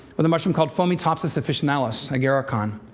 with a mushroom called fomitopsis officinalis agarikon.